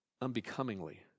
Unbecomingly